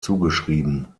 zugeschrieben